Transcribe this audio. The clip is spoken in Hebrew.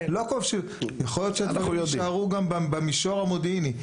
יכול להיות שדברים יישארו במישור המודיעיני.